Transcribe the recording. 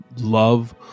love